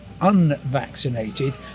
unvaccinated